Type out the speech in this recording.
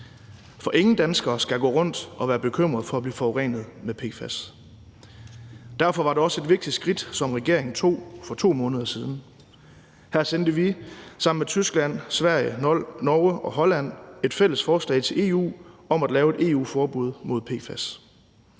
For ingen danskere skal gå rundt og være bekymrede for at blive forurenet med PFAS. Derfor var det også et vigtigt skridt, som regeringen tog for 2 måneder siden. Her sendte vi sammen med Tyskland, Sverige, Norge og Holland et fælles forslag til EU om at lave et EU-forbud mod PFAS.